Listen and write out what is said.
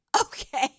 Okay